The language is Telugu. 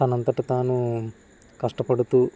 తనంతట తాను కష్టపడుతూ